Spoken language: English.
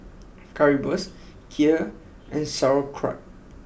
Currywurst Kheer and Sauerkraut